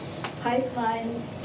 Pipelines